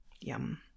yum